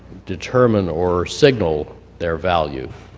determine or signal their value.